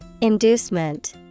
Inducement